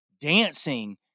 dancing